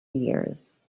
years